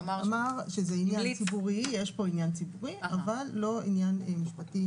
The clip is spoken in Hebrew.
אמר שיש פה עניין ציבורי, אבל לא עניין משפטי.